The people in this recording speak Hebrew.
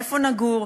איפה נגור,